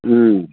ꯎꯝ